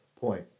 point